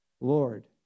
Lord